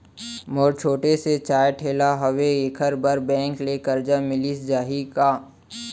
मोर छोटे से चाय ठेला हावे एखर बर बैंक ले करजा मिलिस जाही का?